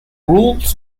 rules